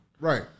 right